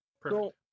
Perfect